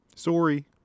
Sorry